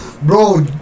bro